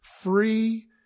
free